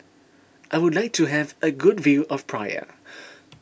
I would like to have a good view of Praia